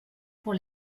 pour